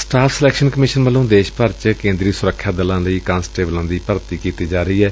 staff selection commission ਵੱਲੋਂ ਦੇਸ਼ ਭਰ ਚ ਕੇਂਦਰੀ ਸੁਰੱਖਿਆ ਦਲਾਂ ਲਈ ਕਾਂਸਟੇਬਲਾਂ ਦੀ ਭਾਰਤੀ ਕੀਤੀ ਜਾ ਰਹੀ ਏ